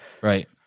Right